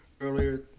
Earlier